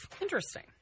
Interesting